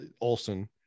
Olson